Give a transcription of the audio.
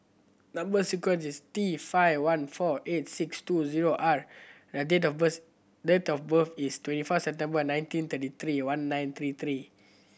number sequence is T five one four eight six two zero R date of birth date of birth is twenty four September nineteen thirty three one nine three three